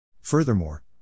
Furthermore